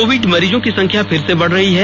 Covid मरीजों की संख्या फिर से बढ़ रही है